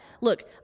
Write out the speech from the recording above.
Look